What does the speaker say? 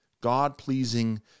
God-pleasing